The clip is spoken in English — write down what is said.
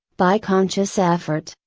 by conscious effort,